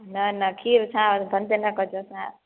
न न खीरु असां वटि बंदि न कजो असांजो